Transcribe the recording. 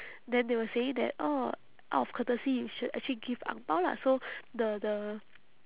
then they were saying that oh out of courtesy you should actually give ang bao lah so the the